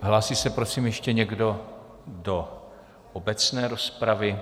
Hlásí se, prosím, ještě někdo do obecné rozpravy?